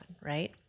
right